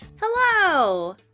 Hello